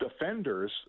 defenders